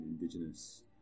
indigenous